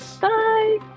Bye